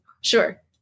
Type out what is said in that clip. Sure